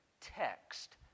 text